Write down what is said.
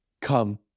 come